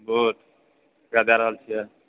vote ककरा दए रहल छिऐ